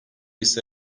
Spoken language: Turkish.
ise